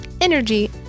energy